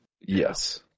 Yes